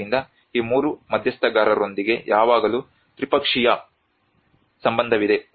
ಆದ್ದರಿಂದ ಈ 3 ಮಧ್ಯಸ್ಥಗಾರರೊಂದಿಗೆ ಯಾವಾಗಲೂ ತ್ರಿಪಕ್ಷೀಯ ಸಂಬಂಧವಿದೆ